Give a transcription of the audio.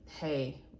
Hey